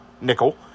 Nickel